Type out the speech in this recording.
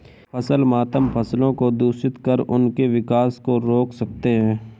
फसल मातम फसलों को दूषित कर उनके विकास को रोक सकते हैं